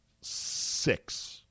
six